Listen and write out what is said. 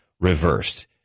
reversed